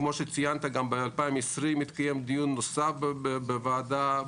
כמו שציינת, גם ב-2020 התקיים דיון נוסף בוועדה.